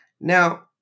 Now